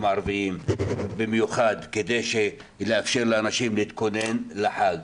הערביים במיוחד כדי לאפשר לאנשים להתכונן לחג.